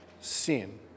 sin